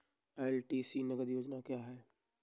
LTC नगद योजना क्या है?